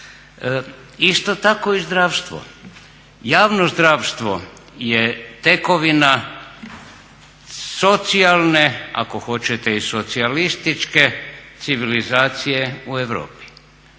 Isto tako i zdravstvo, javno zdravstvo je tekovina socijalne ako hoćete i socijalističke civilizacije u Europi.